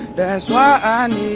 that's why i